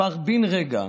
הפך בין רגע